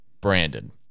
Brandon